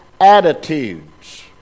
attitudes